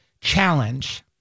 Challenge